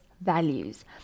values